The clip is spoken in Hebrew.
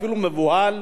אפילו מבוהל,